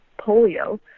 polio